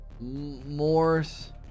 Morse